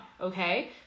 Okay